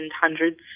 hundreds